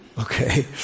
Okay